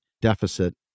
deficit